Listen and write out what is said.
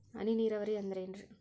ಹನಿ ನೇರಾವರಿ ಅಂದ್ರೇನ್ರೇ?